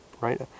right